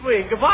Goodbye